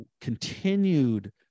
continued